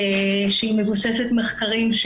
שמבוססת מחקרים,